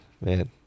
man